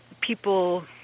people